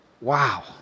Wow